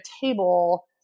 table